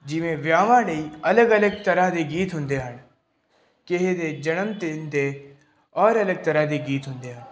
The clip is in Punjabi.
ਜਿਵੇਂ ਵਿਆਹਵਾਂ ਲਈ ਅਲੱਗ ਅਲੱਗ ਤਰ੍ਹਾਂ ਦੇ ਗੀਤ ਹੁੰਦੇ ਹਨ ਕਿਸੇ ਦੇ ਜਨਮ ਦਿਨ ਦੇ ਔਰ ਅਲੱਗ ਤਰ੍ਹਾਂ ਦੇ ਗੀਤ ਹੁੰਦੇ ਆ